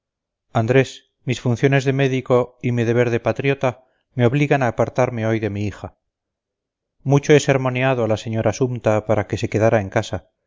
andrés mis funciones de médico y mi deber de patriota me obligan a apartarme hoy de mi hija mucho he sermoneado a la señora sumta para que se quedara en casa